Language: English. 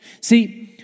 See